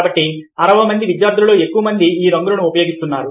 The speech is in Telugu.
కాబట్టి 60 మంది విద్యార్థులలో ఎక్కువ మంది ఈ రంగులను ఉపయోగిస్తున్నారు